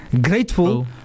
grateful